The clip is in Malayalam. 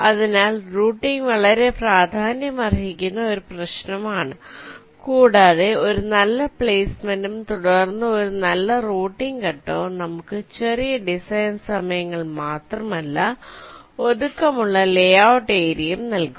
അതിനാൽ റൂട്ടിംഗ് വളരെ പ്രാധാന്യമർഹിക്കുന്ന ഒരു പ്രശ്നമാണ് കൂടാതെ ഒരു നല്ല പ്ലെയ്സ്മെന്റും തുടർന്ന് ഒരു നല്ല റൂട്ടിംഗ് ഘട്ടവും നമുക്ക് ചെറിയ ഡിസൈൻ സമയങ്ങൾ മാത്രമല്ല ഒതുക്കമുള്ള ലേഔട്ട് ഏരിയയും നൽകും